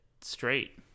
straight